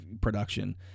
production